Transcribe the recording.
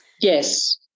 Yes